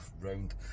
round